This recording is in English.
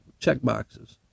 checkboxes